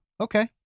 okay